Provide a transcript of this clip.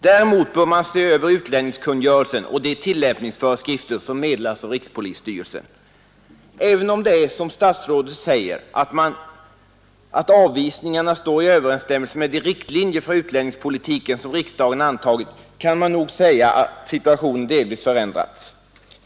Däremot bör man se över utlänningskungörelsen och de tillämpningsföreskrifter som meddelas av rikspolisstyrelsen. Även om det är som statsrådet säger, att anvisningarna står i överensstämmelse med de riktlinjer för utlänningspolitiken som riksdagen har antagit, så kan man nog säga att situationen delvis har förändrats.